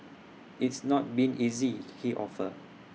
it's not been easy he offered